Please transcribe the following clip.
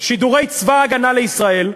זה נורא שידורי צבא הגנה לישראל,